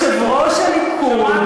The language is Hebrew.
על יושב-ראש הליכוד,